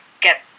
get